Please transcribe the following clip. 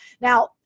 Now